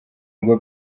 ngo